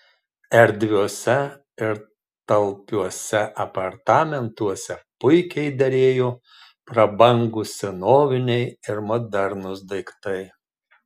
erdviuose ir talpiuose apartamentuose puikiai derėjo prabangūs senoviniai ir modernūs daiktai